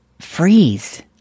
freeze